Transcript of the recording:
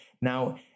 Now